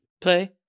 Play